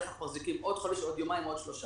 איך אנחנו מחזיקים עוד חודש או עוד יומיים או עוד שלושה,